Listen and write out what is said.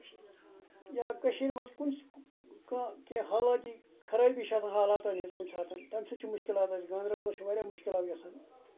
یا کٔشیٖر منٛز کُس کانٛہہ کیٚنٛہہ حالاتی خرٲبی چھِ آسان حالاتن ہنٛز کُنہِ ساتہٕ تَمہِ سۭتۍ چھُ مُشکِلات أسۍ گاندربَلس چھِ واریاہ مُشکِلات گژھان